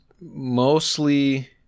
mostly